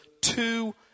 two